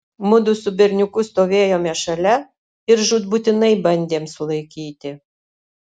mudu su berniuku stovėjome šalia ir žūtbūtinai bandėm sulaikyti